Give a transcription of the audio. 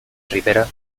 rivera